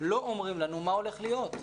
לא אומרים לנו מה הולך להיות,